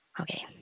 Okay